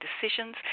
Decisions